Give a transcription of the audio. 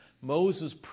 Moses